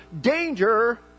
Danger